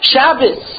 Shabbos